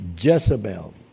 Jezebel